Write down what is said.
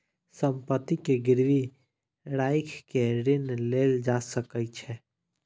संपत्ति के गिरवी राइख के ऋण लेल जा सकै छै